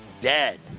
dead